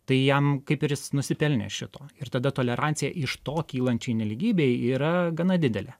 tai jam kaip ir jis nusipelnė šito ir tada tolerancija iš to kylančiai nelygybei yra gana didelė